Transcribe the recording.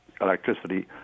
electricity